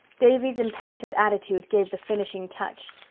davy's impenitent attitude gave the finishing touch.